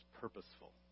purposeful